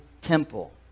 temple